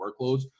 workloads